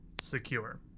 secure